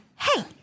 Hey